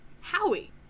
Howie